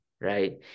right